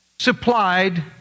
Supplied